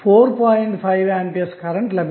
5 A current లభిస్తుంది